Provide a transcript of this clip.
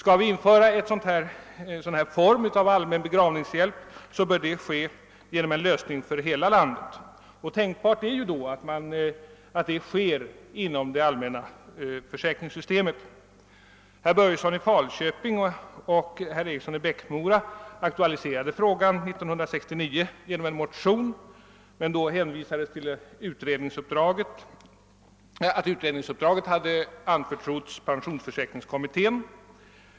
Om vi skall införa en form av allmän begravningshjälp, bör detta ske genom en lösning för hela landet. Tänkbart är då att det sker inom det allmänna försäkringssystemet. Herr Börjesson i Falköping och herr Eriksson i Bäckmora aktualiserade frågan 1969 genom en motion, men då hänvisade man till att utredningsuppdraget hade anförtrotts pensionsförsäkringskommittén.